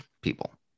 people